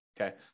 Okay